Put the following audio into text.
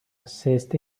assist